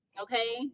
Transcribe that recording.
okay